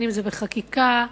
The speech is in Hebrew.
בחקיקה,